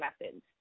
methods